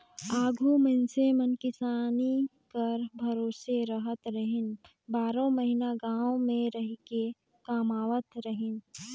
आघु मइनसे मन किसानी कर भरोसे रहत रहिन, बारो महिना गाँव मे रहिके कमावत रहिन